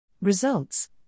Results